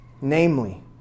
Namely